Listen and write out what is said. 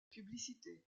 publicité